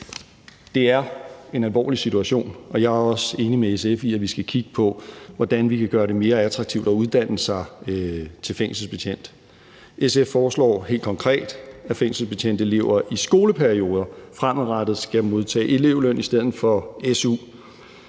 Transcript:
Det er en alvorlig situation, og jeg er også enig med SF i, at vi skal kigge på, hvordan vi kan gøre det mere attraktivt at uddanne sig til fængselsbetjent. SF foreslår helt konkret, at fængelsbetjentelever i skoleperioder fremadrettet skal modtage elevløn i stedet for su.